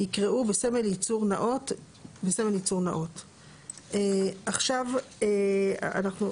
יקראו "בסמל ייצור נאות"; עכשיו אנחנו,